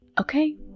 okay